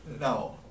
No